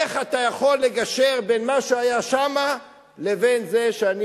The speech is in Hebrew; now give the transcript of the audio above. איך אתה יכול לגשר בין מה שהיה שם לבין זה שאני